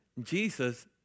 Jesus